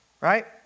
right